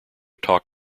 talk